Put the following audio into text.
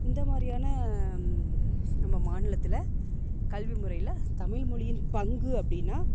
இந்த மாதிரியான நம்ம மாநிலத்தில் கல்வி முறையில் தமிழ் மொழியின் பங்கு அப்படினா